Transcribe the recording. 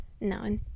no